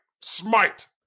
Smite